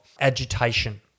agitation